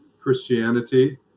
Christianity